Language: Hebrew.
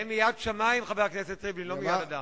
זה מיד שמים ולא מידם.